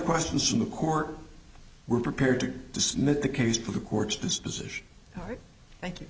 questions from the court were prepared to dismiss the case for the court's disposition thank you